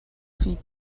feet